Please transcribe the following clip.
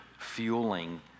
fueling